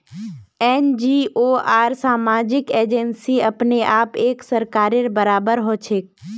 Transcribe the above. NGO आर सामाजिक agency अपने आप एक सरकारेर बराबर हछेक